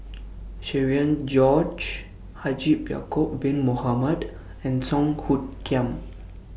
Cherian George Haji Ya'Acob Bin Mohamed and Song Hoot Kiam